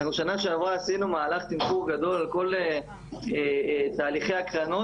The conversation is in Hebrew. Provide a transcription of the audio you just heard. בשנה שעברה עשינו מהלך תמחור גדול על כל תהליכי ההקרנות